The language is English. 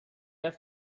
have